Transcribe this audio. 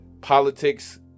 politics